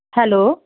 hello